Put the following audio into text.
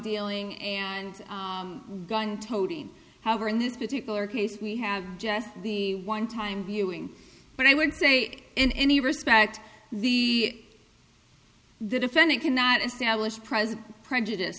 dealing and gun toting however in this particular case we have just the one time viewing but i would say in any respect the the defendant cannot establish present prejudice